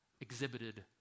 exhibited